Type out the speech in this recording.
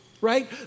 right